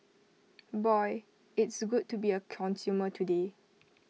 boy it's good to be A consumer today